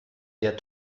der